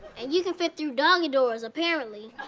and you can fit through doggie doors, apparently.